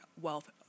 wealth